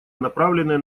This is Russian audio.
направленная